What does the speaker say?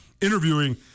interviewing